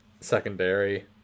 secondary